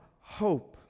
hope